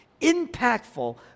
impactful